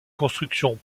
construction